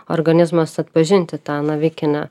organizmas atpažinti tą navikinę